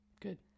Good